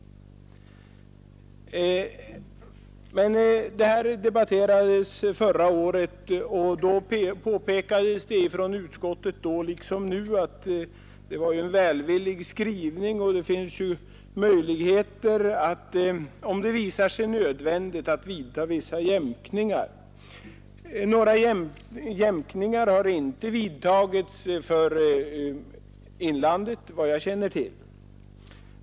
Detta debatterades förra året och från utskottet påpekades då liksom nu att skrivningen var välvillig och att det, om så visar sig nödvändigt, finns möjligheter att vidtaga vissa jämkningar. Några sådana har inte vad jag känner till vidtagits för inlandet.